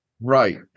Right